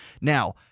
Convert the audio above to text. Now